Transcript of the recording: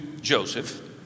Joseph